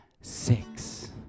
Six